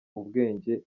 ubwenge